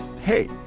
hey